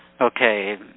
okay